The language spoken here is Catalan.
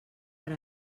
per